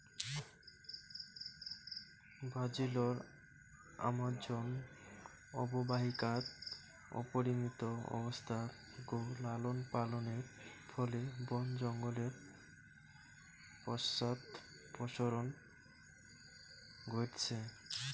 ব্রাজিলর আমাজন অববাহিকাত অপরিমিত অবস্থাত গো লালনপালনের ফলে বন জঙ্গলের পশ্চাদপসরণ ঘইটছে